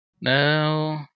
No